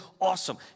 awesome